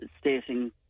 stating